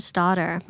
daughter